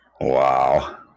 Wow